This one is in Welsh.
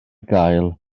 gael